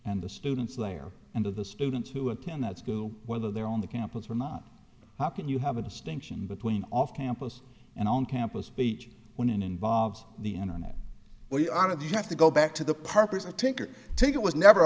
and the students there and of the students who attend that school whether they're on the campus or not how can you have a distinction between off campus and on campus speech when it involves the internet where you are of you have to go back to the purpose i take or take it was never